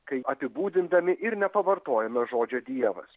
kai apibūdindami ir nepavartojome žodžio dievas